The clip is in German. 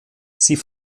sie